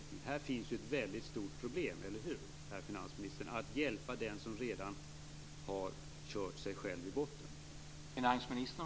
Här finns ett väldigt stort problem, eller hur, herr finansminister, att hjälpa den som redan har kört sig själv i botten.